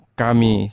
kami